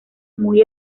muy